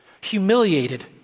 Humiliated